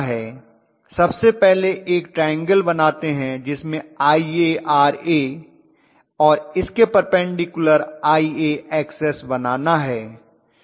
सबसे पहले एक ट्राइऐंगल बनाते हैं जिसमे IaRa और इसके पर्पन्डिक्युलर IaXs बनाना है